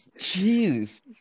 Jesus